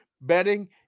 betting